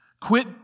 Quit